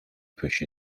push